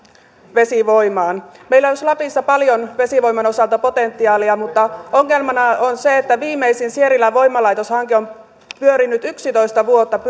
vesivoimaan meillä olisi lapissa paljon vesivoiman osalta potentiaalia mutta ongelmana on se että viimeisin sierilän voimalaitoshanke on pyörinyt yksitoista vuotta